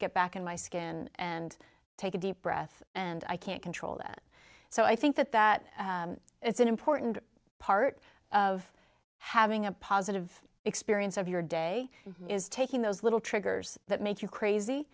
get back in my skin and take a deep breath and i can't control that so i think that that it's an important part of having a positive experience of your day is taking those little triggers that make you crazy